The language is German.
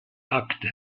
akte